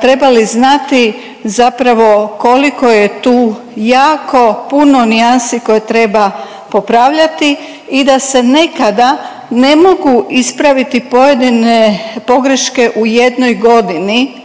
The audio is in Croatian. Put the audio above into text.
trebali znati zapravo koliko je tu jako puno nijansi koje treba popravljati i da se nekada ne mogu ispraviti pojedine pogreške u jednoj godini